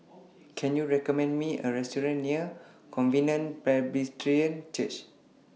Can YOU recommend Me A Restaurant near Covenant Presbyterian Church